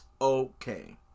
Okay